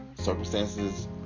circumstances